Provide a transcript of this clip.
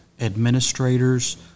administrators